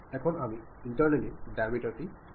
এখন আমি ইন্টারনালি ডায়ামিটারটি দিতে চাই